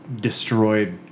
Destroyed